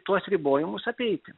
tuos ribojimus apeiti